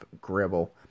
gribble